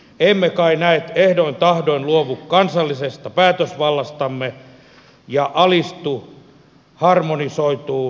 emme kai näet ehdoin tahdoin luovu kansallisesta päätösvallastamme ja alistu harmonisoituun eurooppalaiseen liittovaltioon